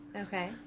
Okay